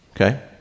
okay